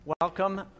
Welcome